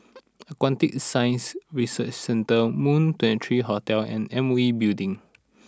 Aquatic Science Research Centre Moon twenty three Hotel and M V Building